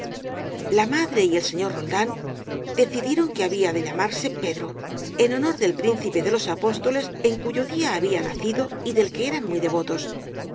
la madre y el señor roldán decidieron que había de llamarse pedro en honor del príncipe de los apóstoles en cuyo día había nacido y del que eran muy devotos